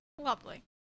Lovely